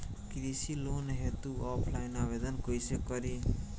कृषि लोन हेतू ऑफलाइन आवेदन कइसे करि?